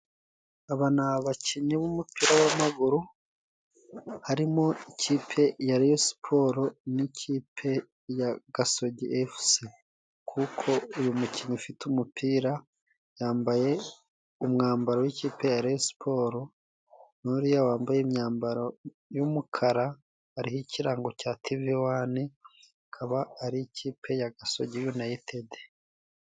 Aba ni abakinnyi b'umupira w'amaguru harimo ikipe ya Reyo siporo n'ikipe ya Gasogi efuse, kuko uyu mukinnyi ufite umupira yambaye umwambaro w'ikipe ya Reyo siporo, n'uriya wambaye imyambaro y'umukara hariho ikirango cya tivi wane ikaba ari ikipe ya Gasogi yunayitede.